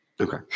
okay